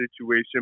situation